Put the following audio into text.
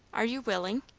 are you willing?